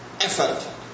effort